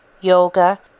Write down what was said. yoga